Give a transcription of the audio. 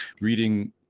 reading